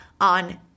on